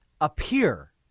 appear